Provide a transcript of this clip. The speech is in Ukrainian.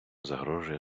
загрожує